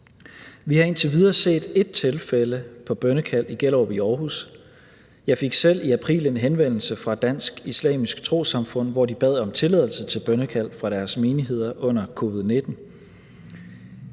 Vi har indtil videre set et tilfælde på bønnekald i Gellerup i Aarhus. Jeg fik selv i april en henvendelse fra Dansk Islamisk Trossamfund, hvor de bad om tilladelse til bønnekald fra deres menigheder under covid-19.